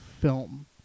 film